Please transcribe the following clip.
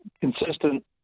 consistent